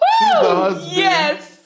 Yes